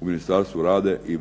u ministarstvu rade i